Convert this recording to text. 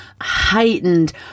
heightened